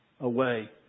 away